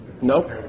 Nope